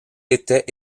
était